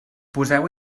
poseu